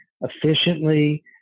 efficiently